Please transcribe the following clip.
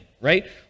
right